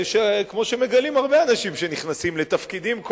כמו שהרבה אנשים שנכנסים לתפקידים מגלים,